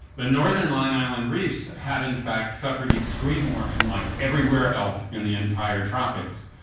the northern line island reefs have in fact suffered extreme warming like everywhere else in the entire tropics,